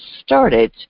started